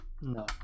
No